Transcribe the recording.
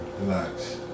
Relax